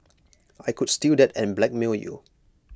I could steal that and blackmail you